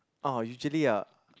oh usually a